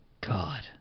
God